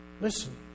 Listen